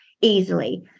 easily